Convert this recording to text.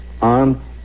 on